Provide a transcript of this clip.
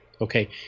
Okay